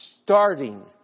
starting